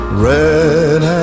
red